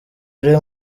ruri